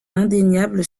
indéniable